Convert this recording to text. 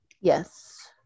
Yes